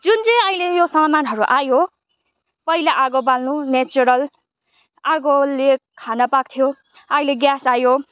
जुन चाहिँ अहिले यो सामानहरू आयो पहिला आगो बाल्नु नेचुरल आगोले खाना पाक्थ्यो अहिले ग्यास आयो